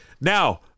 Now